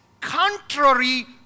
contrary